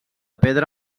pedra